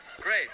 Great